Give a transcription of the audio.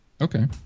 Okay